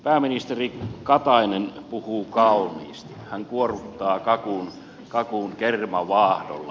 pääministeri katainen puhuu kauniisti hän kuorruttaa kakun kermavaahdolla